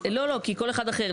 לא, לא, כי כל אחד אחר.